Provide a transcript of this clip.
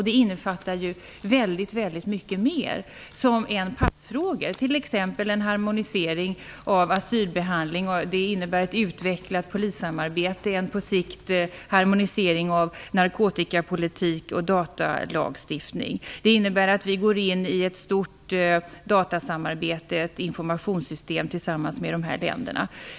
Det innefattar väldigt mycket mera än rena passfrågor. Det gäller t.ex. en harmonisering av asylbehandling, ett utvecklat polissamarbete och på sikt en harmonisering av narkotikapolitik och datalagstiftning. Det innebär att vi går in i ett stort datasamarbete, ett informationssystem, tillsammans med de här länderna.